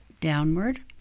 downward